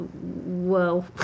Whoa